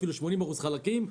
אפילו 80% חלקים.